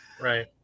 Right